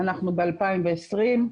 אנחנו ב-2020,